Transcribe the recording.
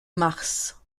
mars